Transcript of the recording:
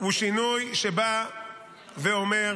הוא שינוי שבא ואומר